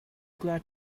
glad